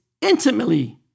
intimately